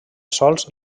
sols